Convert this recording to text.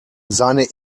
seine